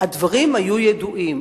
הדברים היו ידועים.